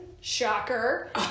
Shocker